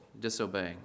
disobeying